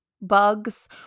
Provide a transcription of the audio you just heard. bugs